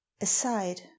aside